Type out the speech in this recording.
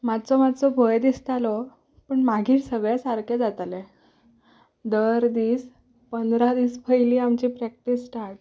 मातसो मातसो भंय दिसतालो पूण मागीर सगलें सारकें जातालें दर दीस पंदरा दीस पयलीं आमची प्रॅक्टीस स्टाट